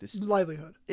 Livelihood